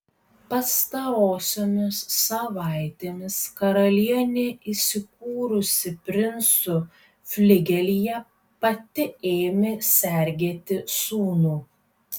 pastarosiomis savaitėmis karalienė įsikūrusi princų fligelyje pati ėmė sergėti sūnų